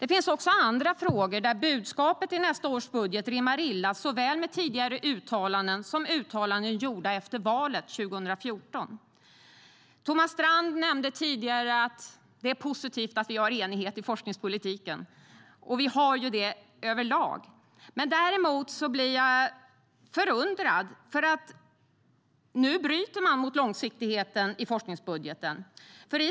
Det finns också andra frågor där budskapet i nästa års budget rimmar illa såväl med tidigare uttalanden som uttalanden gjorda efter valet 2014.Thomas Strand nämnde tidigare att det är positivt att vi har enighet i forskningspolitiken. Och det har vi, överlag. Däremot blir jag förundrad eftersom man nu bryter mot långsiktigheten i forskningsbudgeten.